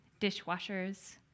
dishwashers